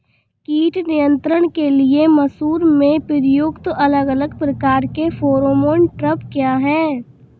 कीट नियंत्रण के लिए मसूर में प्रयुक्त अलग अलग प्रकार के फेरोमोन ट्रैप क्या है?